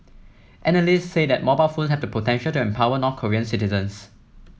analysts say that mobile phone have the potential to empower North Korean citizens